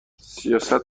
سیاست